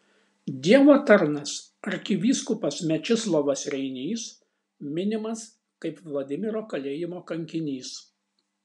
dievo tarnas arkivyskupas mečislovas reinys minimas kaip vladimiro kalėjimo kankinys